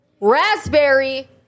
Raspberry